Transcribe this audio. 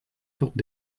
forte